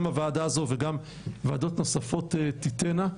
גם בוועדה הזאת וגם וועדות נוספות תיתנה,